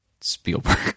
Spielberg